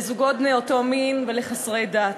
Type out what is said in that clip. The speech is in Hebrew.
לזוגות בני אותו מין ולחסרי דת.